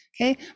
okay